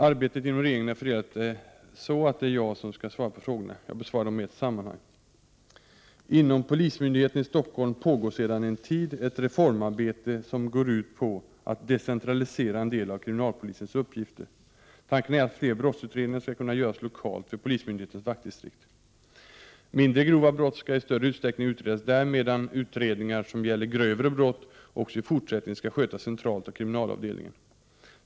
Arbetet inom regeringen är fördelat så, att det är jag som skall svara på frågorna. Jag besvarar dem i ett sammanhang. Inom polismyndigheten i Stockholm pågår sedan en tid ett reformarbete som går ut på att decentralisera en del av kriminalpolisens uppgifter. Tanken är att fler brottsutredningar skall göras lokalt vid polismyndighetens vaktdistrikt. Mindre grova brott skall i större utsträckning utredas där, medan utredningar som gäller grövre brott också i fortsättningen skall skötas centralt av kriminalavdelningen.